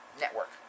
network